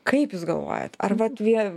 kaip jūs galvojat ar vat vie